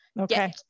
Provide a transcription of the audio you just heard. Okay